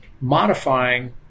modifying